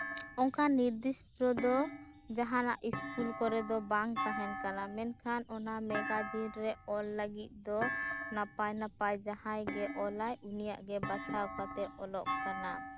ᱚᱱᱠᱟᱱ ᱱᱤᱫᱤᱥᱴᱚ ᱫᱚ ᱡᱟᱦᱟᱱᱟᱜ ᱥᱠᱩᱞ ᱠᱚᱨᱮᱫᱚ ᱵᱟᱝ ᱛᱟᱦᱮᱱ ᱠᱟᱱᱟ ᱢᱮᱱᱠᱷᱟᱱ ᱚᱱᱟ ᱢᱮᱜᱟᱡᱤᱱ ᱨᱮ ᱚᱞ ᱞᱟᱹᱜᱤᱫ ᱫᱚ ᱱᱟᱯᱟᱭ ᱱᱟᱯᱟᱭ ᱡᱟᱦᱟᱸᱭ ᱜᱮ ᱚᱞᱟᱭ ᱩᱱᱤᱭᱟᱜ ᱜᱮ ᱵᱟᱪᱷᱟᱣ ᱠᱟᱛᱮᱫ ᱚᱞᱚᱜ ᱠᱟᱱᱟ